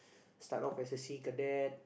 start off as a sea cadet